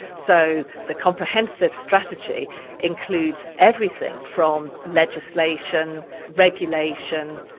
so the comprehensive strategy includes everything from legislation, regulation,